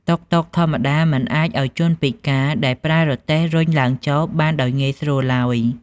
តុកតុកធម្មតាមិនអាចឱ្យជនពិការដែលប្រើរទេះរុញឡើងចុះបានដោយងាយស្រួលឡើយ។